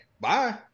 bye